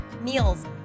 meals